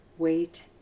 Wait